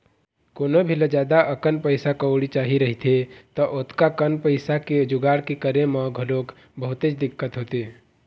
कोनो भी ल जादा अकन पइसा कउड़ी चाही रहिथे त ओतका कन पइसा के जुगाड़ के करे म घलोक बहुतेच दिक्कत होथे